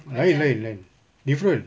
lain lain lain different